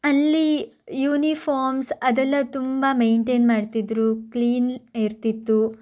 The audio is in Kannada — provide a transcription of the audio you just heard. ಅಲ್ಲಿ ಯುನಿಫಾರ್ಮ್ಸ್ ಅದೆಲ್ಲ ತುಂಬ ಮೇಂಟೇನ್ ಮಾಡ್ತಿದ್ರು ಕ್ಲೀನ್ ಇರ್ತಿತ್ತು